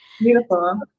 Beautiful